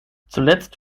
zuletzt